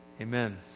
amen